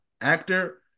actor